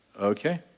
okay